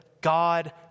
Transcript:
God